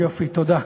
יופי, תודה.